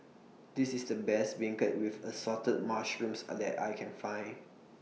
This IS The Best Beancurd with Assorted Mushrooms that I Can Find